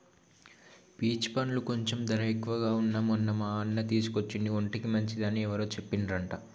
peach పండ్లు కొంచెం ధర ఎక్కువగా వున్నా మొన్న మా అన్న తీసుకొచ్చిండు ఒంటికి మంచిది అని ఎవరో చెప్పిండ్రంట